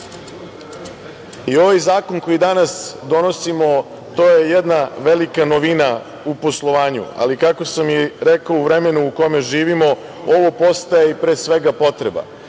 zakon koji danas donosimo, to je jedna velika novina u poslovanju, ali kako sam i rekao u vremenu u kome živimo ovo postaje i pre svega potreba.